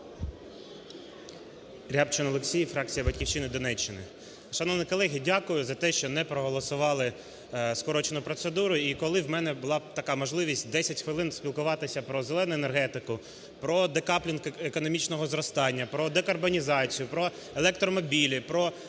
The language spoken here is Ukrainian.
РябчинОлексій, фракція "Батьківщина", Донеччина. Шановні колеги, дякую за те, що не проголосували скорочену процедуру. І коли в мене була б така можливість, 10 хвилин спілкуватися про зелену енергетику, продекаплінг економічного зростання, про декарбонізацію, про електромобілі, про трансфер